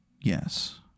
Yes